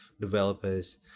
developers